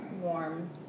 warm